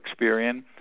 Experian